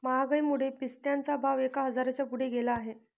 महागाईमुळे पिस्त्याचा भाव एक हजाराच्या पुढे गेला आहे